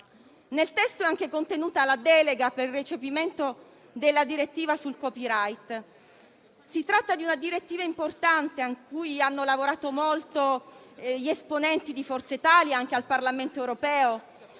Nel testo è anche contenuta la delega per il recepimento della direttiva sul *copyright*. Si tratta di una direttiva importante cui hanno lavorato molto gli esponenti di Forza Italia anche al Parlamento europeo;